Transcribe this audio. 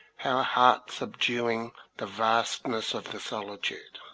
how heart-subduing the vastness of the solitude!